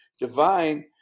Divine